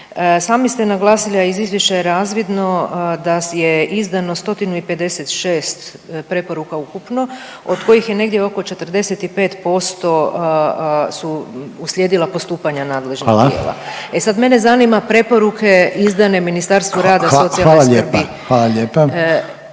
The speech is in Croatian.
Sami ste naglasili, a i iz izvješća je razvidno da je izdano 156 preporuka ukupno od kojih je negdje oko 45% su uslijedila postupanja nadležnih tijela…/Upadica Reiner: Hvala/…. E sad mene zanima preporuke izdane Ministarstvu rada …/Upadica Reiner: Hvala lijepa,